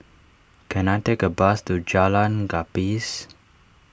can I take a bus to Jalan Gapis